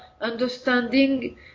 understanding